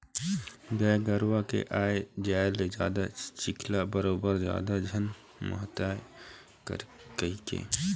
गाय गरूवा के आए जाए ले जादा चिखला बरोबर जादा झन मातय कहिके